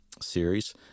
series